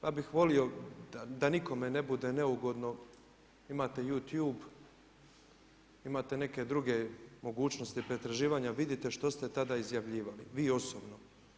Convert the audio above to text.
Ja bih volio da nikome ne bude neugodno, imate Youtube, imate neke druge mogućnosti pretraživanja, vidite što ste tada izjavljivali vi osobno.